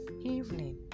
Evening